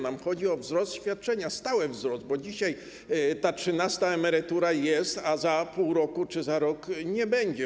Nam chodzi o wzrost świadczenia, stały wzrost, bo dzisiaj ta trzynasta emerytura jest, a za pół roku czy za rok jej nie będzie.